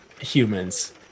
humans